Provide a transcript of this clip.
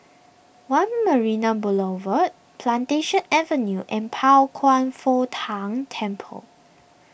one Marina Boulevard Plantation Avenue and Pao Kwan Foh Tang Temple